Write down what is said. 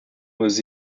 was